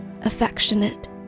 affectionate